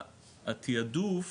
התעדוף